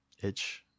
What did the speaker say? Itch